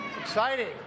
Exciting